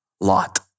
Lot